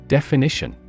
Definition